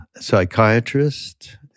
psychiatrist